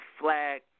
flag